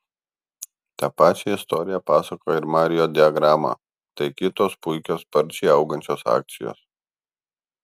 tą pačią istoriją pasakoja ir mariot diagrama tai kitos puikios sparčiai augančiosios akcijos